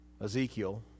Ezekiel